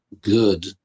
good